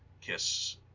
Kiss